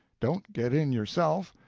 don't get in yourself.